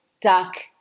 duck